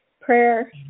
prayer